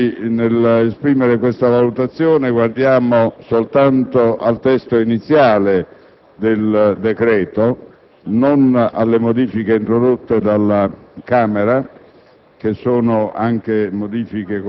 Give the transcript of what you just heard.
Ricordo anzitutto che noi, nell'esprimere questa valutazione, guardiamo soltanto al testo iniziale del decreto e non alle modifiche introdotte dalla Camera,